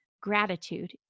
Gratitude